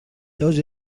tots